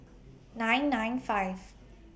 nine nine five